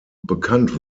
bekannt